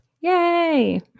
Yay